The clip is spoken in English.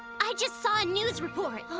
i just saw a news report.